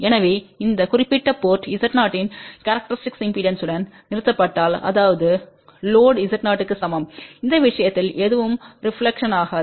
எனவே இந்த குறிப்பிட்ட போர்ட் Z0இன் கேரக்டரிஸ்டிக் இம்பெடன்ஸ்டன் நிறுத்தப்பட்டால்அதாவது லோடு Z0க்கு சமம் அந்த விஷயத்தில் எதுவும் ரெப்லக்க்ஷன்காது